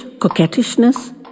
coquettishness